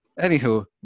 anywho